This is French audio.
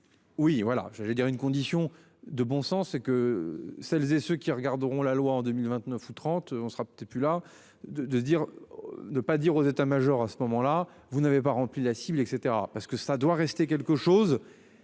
Oui voilà j'allais dire une condition de bon sens et que celles et ceux qui regarderont la loi en 2029 ou 30, on sera plus là de de dire. Ne pas dire aux états majors, à ce moment-là vous n'avez pas rempli la cible et cetera parce que ça doit rester quelque chose